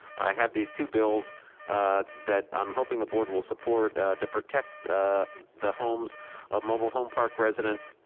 i have these two bills that i'm hoping the board will support to protect the homes of mobile home park residents.